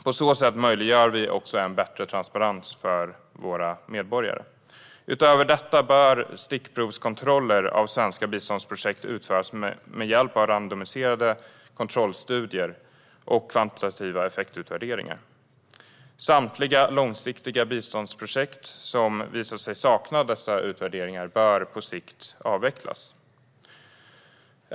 På så sätt möjliggör vi en bättre transparens för våra medborgare. Utöver detta bör stickprovskontroller av svenska biståndsprojekt utföras med hjälp av randomiserade kontrollstudier och kvantitativa effektutvärderingar. Samtliga långsiktiga biståndsprojekt som visar sig sakna dessa utvärderingar bör på sikt avvecklas.